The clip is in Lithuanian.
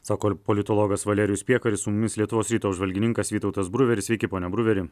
sako politologas valerijus piekaris su mumis lietuvos ryto apžvalgininkas vytautas bruveris sveiki pone bruveri